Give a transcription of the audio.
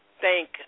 thank